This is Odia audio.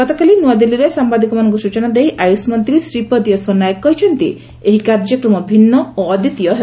ଗତକାଲି ନୂଆଦିଲ୍ଲୀଠାରେ ସାମ୍ବାଦିକମାନଙ୍କୁ ସୂଚନା ଦେଇ ଆୟୁଷ ମନ୍ତ୍ରୀ ଶ୍ରୀପଦ ୟେଶୋ ନାଏକ କହିଛନ୍ତି ଏହି କାର୍ଯ୍ୟକ୍ରମ ଭିନ୍ନ ଓ ଅଦ୍ୱିତୀୟ ହେବ